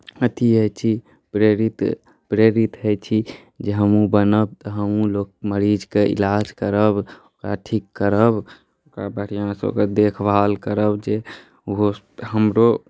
अथी होइत छी प्रेरित होइत छी जे हमहूँ बनब तऽ हमहूँ लोक के मरीजके इलाज करब ओकरा ठीक करब ओकरा बढ़िआँसँ ओकरा देखभाल करब जे ओहो हमरो